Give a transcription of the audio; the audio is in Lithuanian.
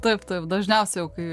taip taip dažniausiai jau kai